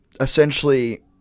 essentially